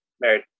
married